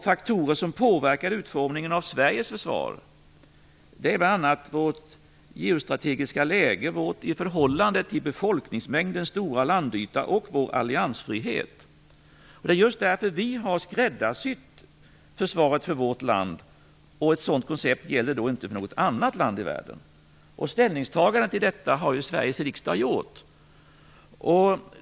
Faktorer som påverkar utformningen av Sveriges försvar är bl.a. vårt geostrategiska läge, vår i förhållande till befolkningsmängden stora landyta och vår alliansfrihet. Det är just därför vi har skräddarsytt försvaret för vårt land, och ett sådant koncept gäller då inte för något annat land i världen. Ställningstagandet till detta har ju Sveriges riksdag gjort.